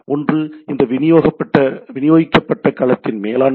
எனவே ஒன்று இந்த விநியோகிக்கப்பட்ட களத்தின் மேலாண்மை